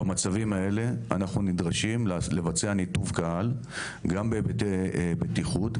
במצבים האלה אנחנו נדרשים לבצע ניתוב קהל גם בהיבטי בטיחות,